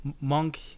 monk